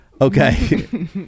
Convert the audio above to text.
Okay